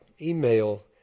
email